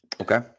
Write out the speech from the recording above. Okay